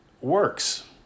works